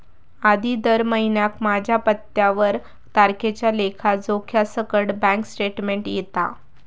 आधी दर महिन्याक माझ्या पत्त्यावर तारखेच्या लेखा जोख्यासकट बॅन्क स्टेटमेंट येता